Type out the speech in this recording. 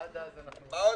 אדוני,